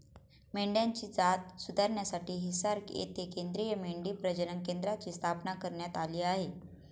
मेंढ्यांची जात सुधारण्यासाठी हिसार येथे केंद्रीय मेंढी प्रजनन केंद्राची स्थापना करण्यात आली आहे